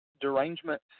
derangement